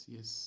yes